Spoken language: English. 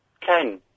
Ken